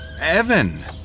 Evan